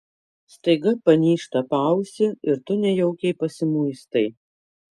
staiga panyžta paausį ir tu nejaukiai pasimuistai